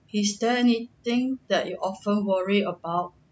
is there anything that you often worry about